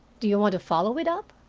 do you want to follow it up?